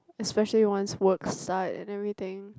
especially once work start and everything